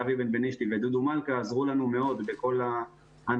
אבי בנבנישתי ודודו מלכא עזרו לנו מאוד בכל ההנחיות.